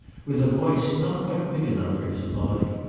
with a voice not quite big enough for his body.